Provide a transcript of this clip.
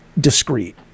discreet